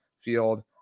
field